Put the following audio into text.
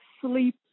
sleep